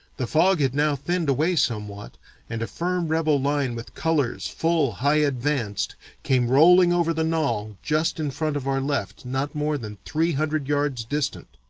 the fog had now thinned away somewhat and a firm rebel line with colors full high advanced came rolling over the knoll just in front of our left not more than three hundred yards distant.